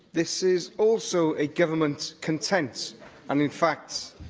this is also a government content and in fact,